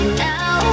now